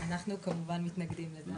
אנחנו, כמובן, מתנגדים לזה.